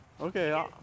Okay